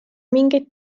mingeid